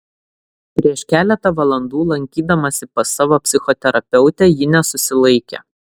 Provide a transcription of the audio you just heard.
prieš keletą valandų lankydamasi pas savo psichoterapeutę ji nesusilaikė